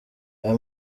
aya